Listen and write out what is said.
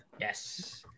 yes